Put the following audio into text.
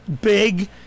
big